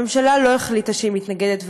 הממשלה לא החליטה שהיא מתנגדת,